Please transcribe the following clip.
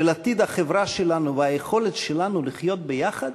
של עתיד החברה שלנו והיכולת שלנו לחיות ביחד,